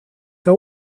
out